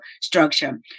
structure